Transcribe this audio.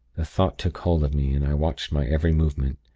the thought took hold of me, and i watched my every movement.